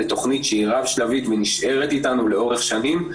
לתכנית שהיא רב שלבית ונשארת איתנו לאורך שנים,